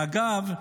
ואגב,